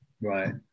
Right